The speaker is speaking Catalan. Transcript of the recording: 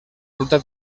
ruta